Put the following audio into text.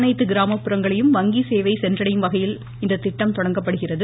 அனைத்து கிராமப்புறங்களையும் வங்கி சேவை சென்றடையும்வகையில் எனப்படும் இந்த திட்டம் தொடங்கப்படுகிறது